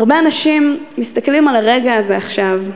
הרבה אנשים מסתכלים על הרגע הזה עכשיו,